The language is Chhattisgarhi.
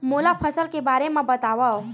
मोला फसल के बारे म बतावव?